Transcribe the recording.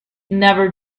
never